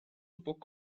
book